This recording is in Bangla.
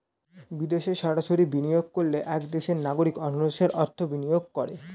বিদেশে সরাসরি বিনিয়োগ করলে এক দেশের নাগরিক অন্য দেশে অর্থ বিনিয়োগ করে